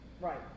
right